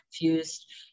confused